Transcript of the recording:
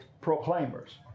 proclaimers